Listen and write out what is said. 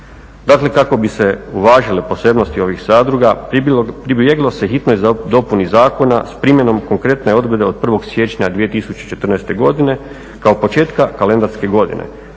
Dakle, kako bi se uvažile posebnosti ovih zadruga pribjeglo se hitnoj dopuni zakona s primjenom konkretne odredbe od 1. siječnja 2014. godine kao početka kalendarske godine